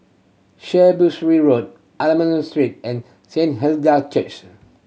Ray Road Almond Street and